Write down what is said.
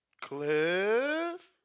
Cliff